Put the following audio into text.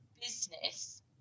business